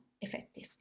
effective